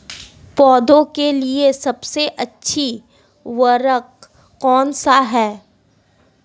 पौधों के लिए सबसे अच्छा उर्वरक कौनसा हैं?